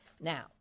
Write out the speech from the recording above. Now